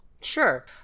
Sure